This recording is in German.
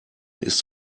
ist